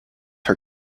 her